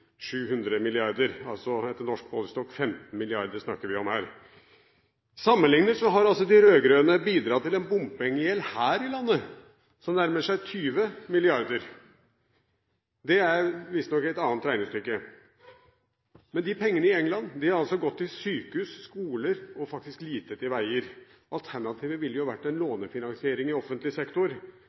Etter norsk målestokk er det altså 15 mrd. vi snakker om her. Sammenlignet har altså de rød-grønne bidratt til en bompengegjeld her i landet som nærmer seg 20 mrd. kr. Det er visstnok et annet regnestykke. Men pengene i England har altså gått til sykehus og skoler og faktisk lite til veier. Alternativet ville jo vært en lånefinansiering i offentlig sektor.